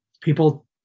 people